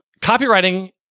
copywriting